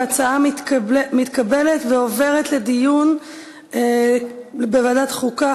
ההצעה מתקבלת ועוברת לדיון בוועדת החוקה,